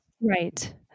Right